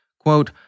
Quote